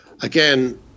again